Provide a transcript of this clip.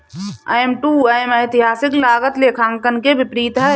M to M ऐतिहासिक लागत लेखांकन के विपरीत है